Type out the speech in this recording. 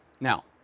Now